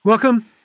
Welcome